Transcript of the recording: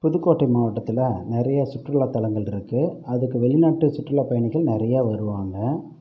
புதுக்கோட்டை மாவட்டத்தில் நிறைய சுற்றுலாத்தலங்கள் இருக்குது அதுக்கு வெளிநாட்டு சுற்றுலாப் பயணிகள் நிறையா வருவாங்க